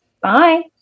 Bye